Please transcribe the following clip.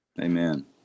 Amen